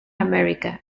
america